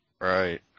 Right